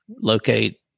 locate